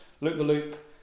loop-the-loop